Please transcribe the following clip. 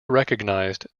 recognized